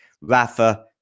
Rafa